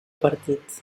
partit